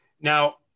now